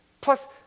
Plus